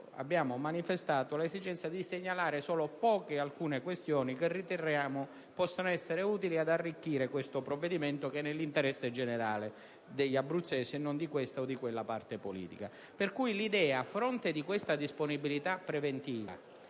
- hanno manifestato l'esigenza di segnalare solo poche questioni ritenute utili ad arricchire questo provvedimento che è nell'interesse generale degli abruzzesi e non di questa o di quella parte politica. Pertanto, a fronte di questa disponibilità preventiva